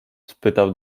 spytał